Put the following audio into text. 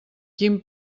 quin